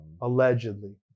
Allegedly